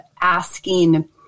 asking